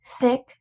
thick